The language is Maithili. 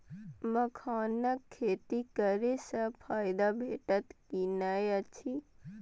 मखानक खेती करे स फायदा भेटत की नै अछि?